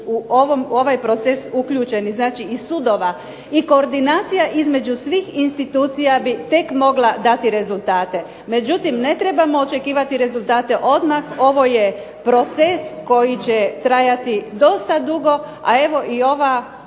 u ovaj proces uključeni, znači i sudova i koordinacija između svih institucija bi tek mogla dati rezultate. Međutim, ne trebamo očekivati rezultate odmah. Ovo je proces koji će trajati dosta dugo, a evo i ovaj